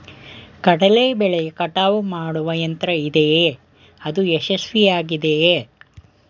ಕಡಲೆ ಬೆಳೆಯ ಕಟಾವು ಮಾಡುವ ಯಂತ್ರ ಇದೆಯೇ? ಅದು ಯಶಸ್ವಿಯಾಗಿದೆಯೇ?